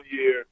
year